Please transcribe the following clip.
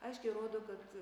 aiškiai rodo kad